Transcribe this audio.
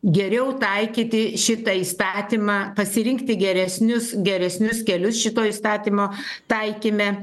geriau taikyti šitą įstatymą pasirinkti geresnius geresnius kelius šito įstatymo taikyme